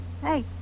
hey